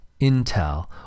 Intel